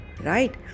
right